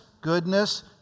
goodness